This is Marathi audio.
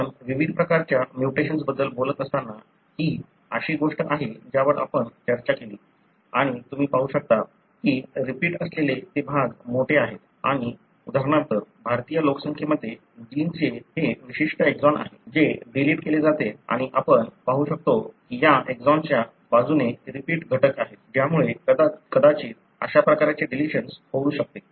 आपण विविध प्रकारच्या म्युटेशन्स बद्दल बोलत असताना ही अशी गोष्ट आहे ज्यावर आपण चर्चा केली आणि तुम्ही पाहू शकता की रिपीट असलेले ते भाग कोठे आहेत आणि उदाहरणार्थ भारतीय लोकसंख्येमध्ये जीनचे हे विशिष्ट एक्सॉन आहे जे डिलीट केले जाते आणि आपण पाहू शकता की या एक्सॉनच्या बाजूने रिपीट घटक आहेत ज्यामुळे कदाचित अशा प्रकारचे डिलिशन्स होऊ शकते